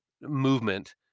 movement